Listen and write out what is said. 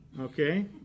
okay